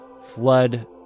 Flood